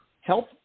health